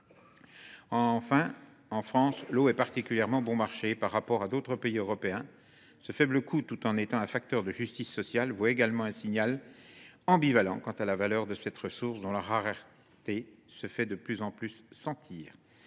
ailleurs, l’eau est particulièrement bon marché en France par rapport à d’autres pays européens. Ce faible coût, tout en étant un facteur de justice sociale, envoie également un signal ambivalent quant à la valeur de la ressource, dont la rareté se fait de plus en plus sentir.